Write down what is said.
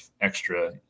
extra